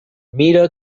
mira